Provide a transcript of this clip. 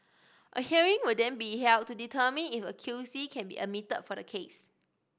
a hearing will then be held to determine if a QC can be admitted for the case